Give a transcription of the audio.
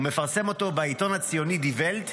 הוא מפרסם אותו בעיתון הציוני די ולט,